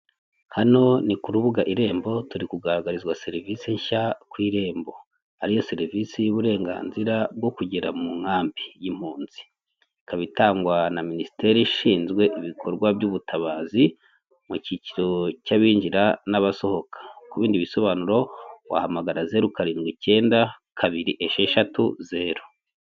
Hano ni ku rubuga irembo, turi kugaragarizwa serivisi nshya ku irembo, ariyo serivisi y'uburenganzira bwo kugera mu nkambi y'impunzi, ikaba itangwa na Minisiteri ishinzwe ibikorwa by'ubutabazi mu cyiciro cy'abinjira n'abasohoka. Ku bindi bisobanuro wahamagara zeru, karindwi, icyenda, kabiri esheshatu, zeru.